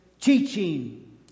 teaching